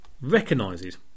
recognises